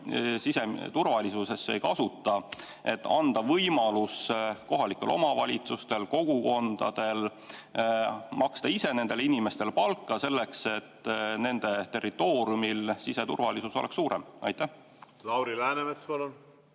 siseturvalisusesse ei kasuta, et anda võimalus kohalikel omavalitsustel, kogukondadel maksta ise nendele inimestele palka selleks, et nende territooriumil siseturvalisus oleks suurem? Aitäh, austatud